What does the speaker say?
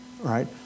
right